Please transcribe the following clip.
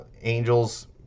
angels